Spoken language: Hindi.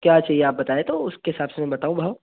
क्या चाहिए आप बताएँ तो उसके हिसाब से मैं बताऊँ भाव